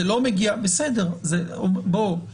בואו,